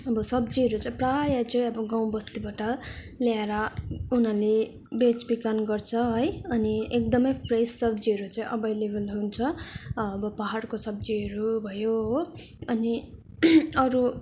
अब सब्जीहरू चाहिँ प्रायः चाहिँ अब गाउँबस्तीबाट ल्याएर उनीहरूले बेचबिखन गर्छ है अनि एकदमै फ्रेस सब्जीहरू चाहिँ अभाइलेबल हुन्छ अब पाहाडको सब्जीहरू भयो हो अनि अरू